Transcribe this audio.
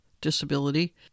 disability